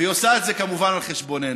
והיא עושה את כמובן על חשבוננו,